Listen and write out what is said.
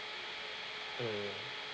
mm